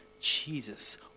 Jesus